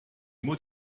moet